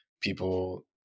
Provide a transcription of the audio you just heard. people